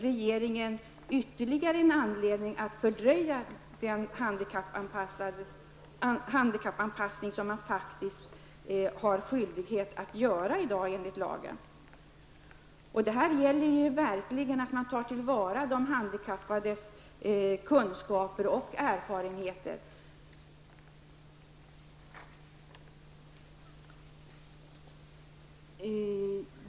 Regeringen skulle nämligen få ytterligare en anledning att fördröja den handikappanpassning som man i dag faktiskt är skyldig att göra enligt lagen. Här gäller det verkligen att ta till vara de handikappades kunskaper och erfarenheter.